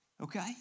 okay